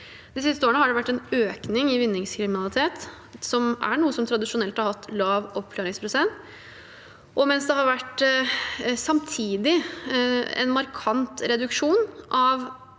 De siste årene har det vært en økning i vinningskriminalitet, som er noe som tradisjonelt har hatt lav oppklaringsprosent, mens det samtidig har vært en markant reduksjon av